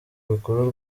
rukuru